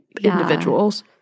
individuals